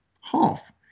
half